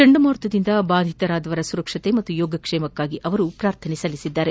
ಚಂಡಮಾರುತದಿಂದ ಬಾಧಿತರಾದವರ ಸುರಕ್ಷತೆ ಹಾಗೂ ಯೋಗಕ್ಷೇಮಕ್ಕಾಗಿ ಅವರು ಪ್ರಾರ್ಥಿಸಿದ್ದಾರೆ